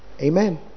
amen